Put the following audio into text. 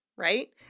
right